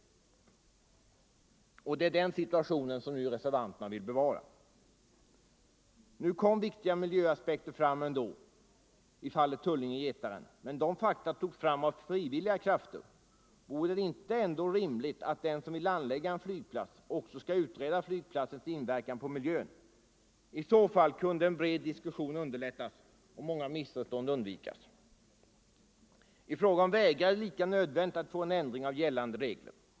Det är den situation som reservanterna vill bevara. Nu kom viktiga miljöaspekter ändå fram i fallet Tullinge/Getaren, men dessa fakta togs fram av frivilliga krafter. Vore det inte rimligt att den som vill anlägga en flygplats också skall utreda flygplatsens inverkan på miljön? I så fall kunde en bred diskussion underlättas och många missförstånd undvikas. I fråga om vägar är det lika nödvändigt med en ändring av gällande regler.